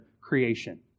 creation